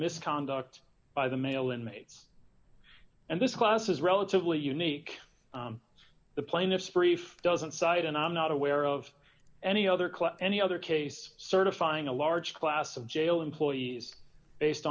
misconduct by the male inmates and this class is relatively unique the plaintiffs brief doesn't cite and i'm not aware of any other class any other case certifying a large class of jail employees based